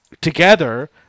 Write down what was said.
together